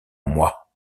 moi